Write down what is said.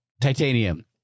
titanium